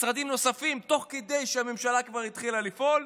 משרדים נוספים תוך כדי שהממשלה כבר התחילה לפעול.